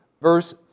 Verse